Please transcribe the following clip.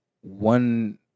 one